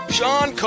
Sean